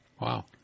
Wow